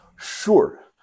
Sure